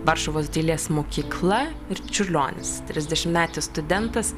varšuvos dailės mokykla ir čiurlionis trisdešimetis studentas